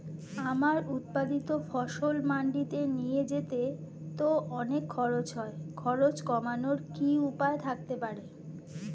আমার উৎপাদিত ফসল মান্ডিতে নিয়ে যেতে তো অনেক খরচ হয় খরচ কমানোর কি উপায় থাকতে পারে?